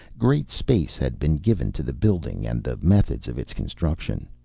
great space had been given to the building and the methods of its construction.